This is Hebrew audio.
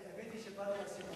האמת היא שבאתי על סיפוקי.